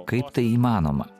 kaip tai įmanoma